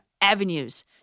avenues